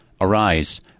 Arise